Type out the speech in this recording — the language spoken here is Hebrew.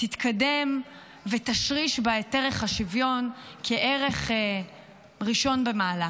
תתקדם ותשריש בה את ערך השוויון כערך ראשון במעלה.